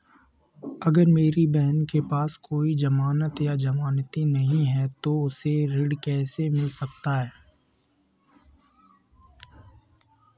अगर मेरी बहन के पास कोई जमानत या जमानती नहीं है तो उसे कृषि ऋण कैसे मिल सकता है?